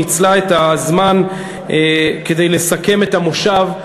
ניצלה את הזמן כדי לסכם את המושב,